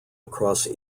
across